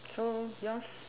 so yours